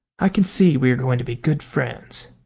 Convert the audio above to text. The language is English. i can see we are going to be good friends.